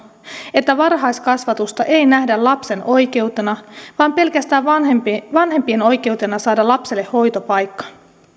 että varhaiskasvatusta ei nähdä lapsen oikeutena vaan pelkästään vanhempien vanhempien oikeutena saada lapselle hoitopaikka